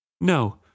No